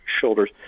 shoulders